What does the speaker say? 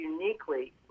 uniquely